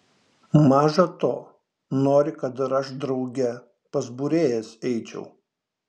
maža to nori kad ir aš drauge pas būrėjas eičiau